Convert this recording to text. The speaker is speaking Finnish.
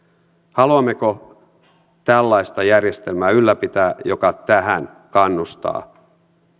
haluammeko tällaista järjestelmää ylläpitää joka tähän kannustaa